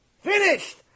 Finished